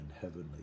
heavenly